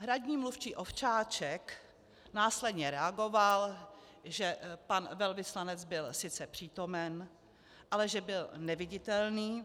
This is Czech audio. Hradní mluvčí Ovčáček následně reagoval, že pan velvyslanec byl sice přítomen, ale že byl neviditelný.